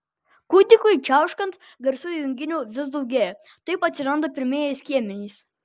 kūdikiui čiauškant garsų junginių vis daugėja taip atsiranda pirmieji skiemenys